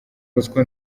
bosco